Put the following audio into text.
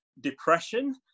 depression